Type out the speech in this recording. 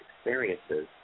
experiences